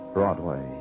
Broadway